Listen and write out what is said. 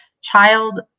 child